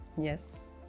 Yes